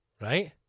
right